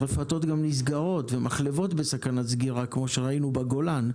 רפתות נסגרות וגם מחלבות בסכנת סגירה כמו שראינו בגולן.